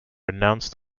announced